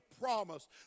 promise